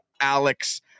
Alex